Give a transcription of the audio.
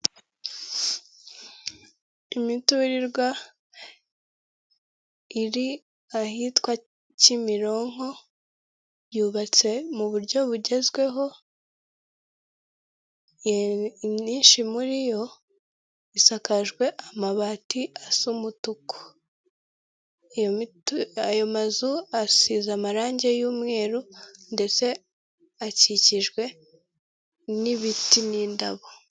Imiturirwa iri ahitwa Kimironko yubatse mu buryo bugezweho, imyinshi muri yo isakajwe amabati asa umutuku, ayo mazu asize amarangi y'umweru ndetse akikijwe n'ibiti n'indabo.